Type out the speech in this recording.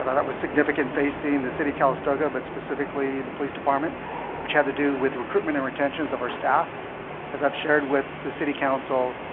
ah that was significant facing the city, calistoga but specifically the police department which had to do with recruitment and retention of our staff as i've shared with the city council